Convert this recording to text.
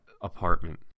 apartment